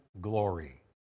glory